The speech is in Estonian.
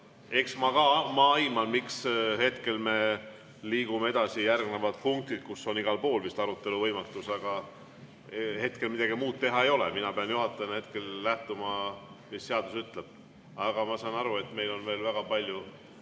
Eks ma ka aiman, miks me hetkel liigume edasi järgnevate punktide juurde, kus on igal pool vist arutelu võimatus. Aga hetkel midagi muud teha ei ole. Mina pean juhatajana lähtuma sellest, mis seadus ütleb. Aga ma saan aru, et meil on veel väga palju